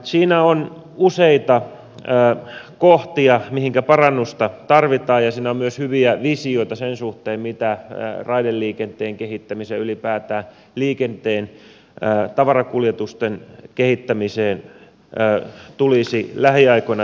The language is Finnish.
siinä on useita kohtia mihinkä parannusta tarvitaan ja siinä on myös hyviä visioita sen suhteen mitä raideliikenteen kehittämisessä ylipäätään liikenteen tavarakuljetusten kehittämisessä tulisi lähiaikoina tehdä